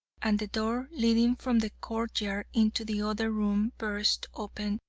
and the door leading from the court-yard into the other room burst open,